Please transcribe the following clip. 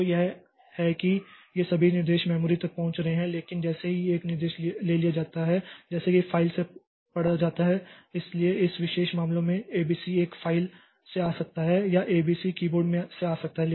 तो यह ये है कि ये सभी निर्देश मेमोरी तक पहुंच रहे हैं लेकिन जैसे ही यह एक निर्देश के लिए आता है जैसे कि फाइल से पढ़ा जाता है इसलिए इस विशेष मामले में एबीसी एक फाइल से आ सकता है या एबीसी कीबोर्ड से आ सकता है